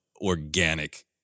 organic